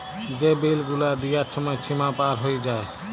যে বিল গুলা দিয়ার ছময় সীমা পার হঁয়ে যায়